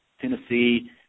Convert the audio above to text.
Tennessee